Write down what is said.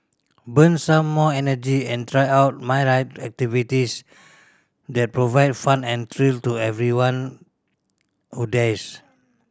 burn some more energy and try out myriad activities that provide fun and thrill to everyone who dares